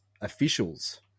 officials